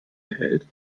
erhält